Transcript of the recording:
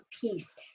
peace